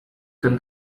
then